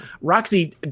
Roxy